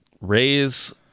raise